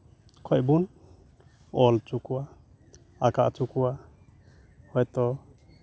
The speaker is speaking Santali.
ᱠᱷᱚᱱ ᱵᱚᱱ ᱚᱞ ᱦᱚᱪᱚ ᱠᱚᱣᱟ ᱟᱸᱠᱟᱣ ᱦᱚᱪᱚ ᱠᱚᱣᱟ ᱦᱳᱭᱛᱳ